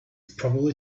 probably